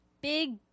big